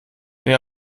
wer